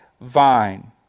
vine